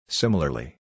similarly